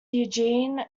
eugene